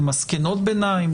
למסקנות ביניים?